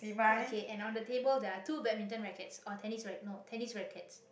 okay and on the table there are two badminton rackets or tennis no tennis rackets